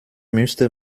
müsste